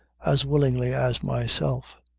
as willingly as myself.